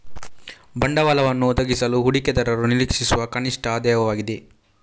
ಬಂಡವಾಳವನ್ನು ಒದಗಿಸಲು ಹೂಡಿಕೆದಾರರು ನಿರೀಕ್ಷಿಸುವ ಕನಿಷ್ಠ ಆದಾಯವಾಗಿದೆ